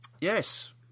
yes